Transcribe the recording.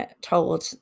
told